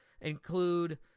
include